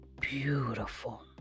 beautiful